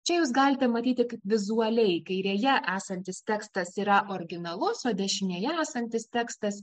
čia jūs galite matyti kaip vizualiai kairėje esantis tekstas yra originalus o dešinėje esantis tekstas